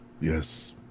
Yes